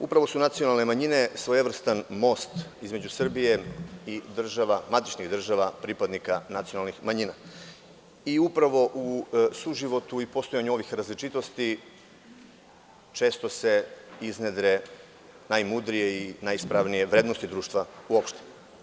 Upravo su nacionalne manjine svojevrstan most između Srbije i matičnih država pripadnika nacionalnih manjina i upravo u suživotu i postojanju ovih različitosti često se iznedre najmudrije i najispravnije vrednosti društva uopšte.